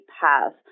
path